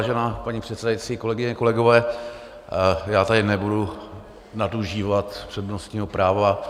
Vážená paní předsedající, kolegyně, kolegové, já tady nebudu nadužívat přednostního práva.